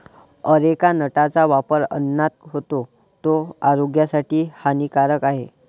areca नटचा वापर अन्नात होतो, तो आरोग्यासाठी हानिकारक आहे